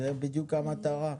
זו בדיוק המטרה.